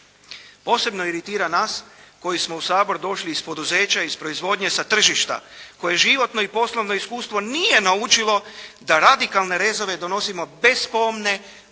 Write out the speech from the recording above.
Posebno iritira nas koji smo u Sabor došli iz poduzeća, iz proizvodnje, sa tržišta koje životno i poslovno iskustvo nije naučilo da radikalne rezove donosimo bez pomne,